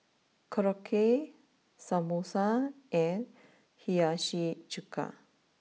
Korokke Samosa and Hiyashi Chuka